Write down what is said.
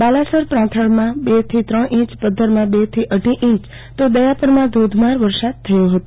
બાલાસર પ્રાંથળમાં બેથી ત્રણ ઈંચ પધ્ધરમાં બે થી અઢી ઈંચ તો દયાપરમાં ધોધમાર વરસાદ થયો હતો